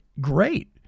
great